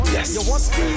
Yes